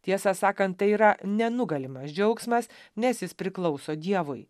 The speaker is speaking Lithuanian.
tiesą sakant tai yra nenugalimas džiaugsmas nes jis priklauso dievui